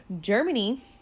Germany